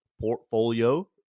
portfolio